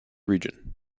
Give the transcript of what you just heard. region